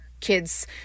Kids